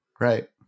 Right